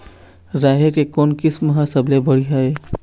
राहेर के कोन किस्म हर सबले बढ़िया ये?